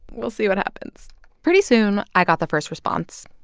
we'll see what happens pretty soon, i got the first response.